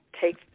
take